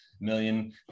million